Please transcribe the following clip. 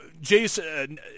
Jason